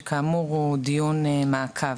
שהוא כאמור דיון מעקב.